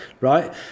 right